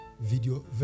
video